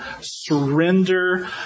Surrender